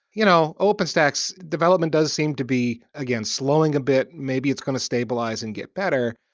you know openstack's development does seem to be, again, slowing a bit, maybe it's going to stabilize and get better.